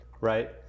right